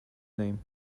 name